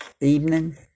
evening